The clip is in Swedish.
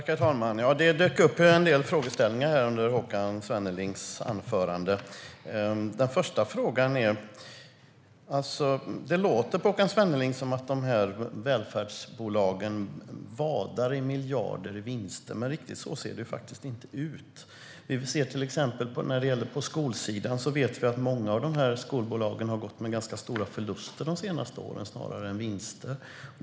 Herr talman! Det dök upp en del frågeställningar under Håkan Svennelings anförande. Det låter på Håkan Svenneling som att de här välfärdsbolagen vadar i miljarder i vinster, men riktigt så ser det faktiskt inte ut. När det gäller till exempel skolsidan vet vi att många av skolbolagen har gått med ganska stor förlust de senaste åren snarare än med vinst.